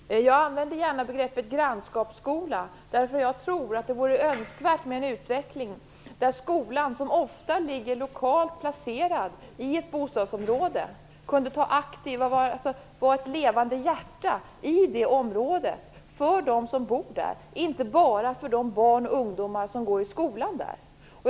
Herr talman! Jag använder gärna begreppet grannskapsskola, därför att jag tror att det vore önskvärt med en utveckling av skolan, som ofta ligger lokalt placerad i ett bostadsområde, till att bli ett levande hjärta i det området för dem som bor där, inte bara för de barn och ungdomar som går i skolan där.